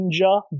ninja